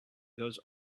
goes